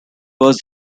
was